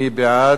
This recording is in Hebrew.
מי בעד?